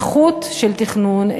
איכות של תכנון,